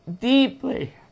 deeply